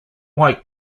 white